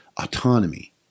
autonomy